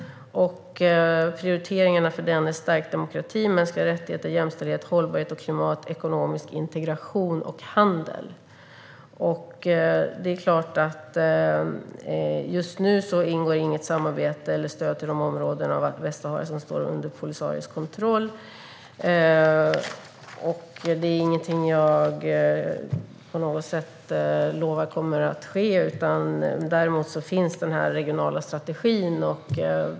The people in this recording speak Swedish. Prioriteringarna för den är stark demokrati, mänskliga rättigheter, jämställdhet, hållbarhet och klimat, ekonomisk integration och handel. Det är klart att just nu ingår inget samarbete med eller stöd till de områden i Västsahara som står under Polisarios kontroll. Det är ingenting jag på något sätt lovar kommer att ske. Däremot finns den här regionala strategin.